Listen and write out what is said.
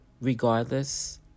regardless